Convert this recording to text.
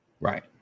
Right